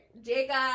Jacob